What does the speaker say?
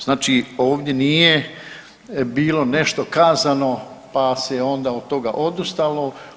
Znači ovdje nije bilo nešto kazano, pa se onda od toga odustalo.